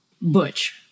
butch